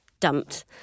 dumped